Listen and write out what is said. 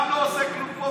גם לא עושה כלום פה,